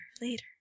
later